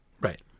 Right